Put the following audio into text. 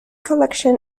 collection